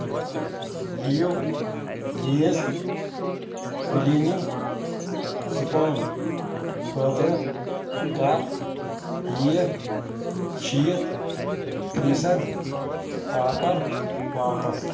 لِیَو grease cleaning sponge خٲطرٕ کَر یہِ شیٖتھ فی صد آفر واپس